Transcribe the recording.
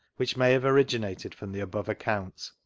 which may have originated from the above account.